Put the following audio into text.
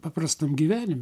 paprastam gyvenime